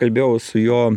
kalbėjau su jo